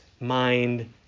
mind